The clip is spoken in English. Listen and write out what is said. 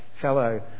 fellow